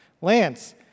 Lance